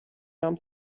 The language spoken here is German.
nahm